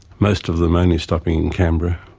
most of them only stopping in canberra,